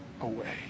away